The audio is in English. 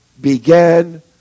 began